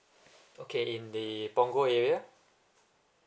okay in the punggol area